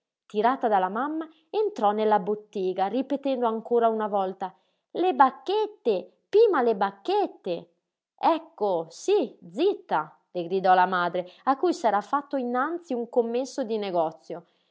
tirata dalla mamma entrò nella bottega ripetendo ancora una volta le bacchette pima le bacchette ecco sí zitta le gridò la madre a cui s'era fatto innanzi un commesso di negozio